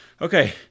Okay